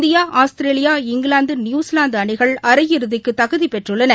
India Australia England நியூஸிவாந்துஅணிகள் அரையிறுதிக்குதகுதிபெற்றுள்ளன